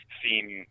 theme